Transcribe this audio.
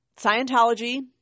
Scientology